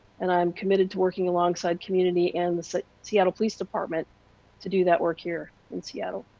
and i'm committed to working alongside community and seattle police department to do that work here in seattle.